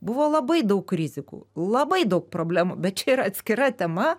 buvo labai daug rizikų labai daug problemų bet čia yra atskira tema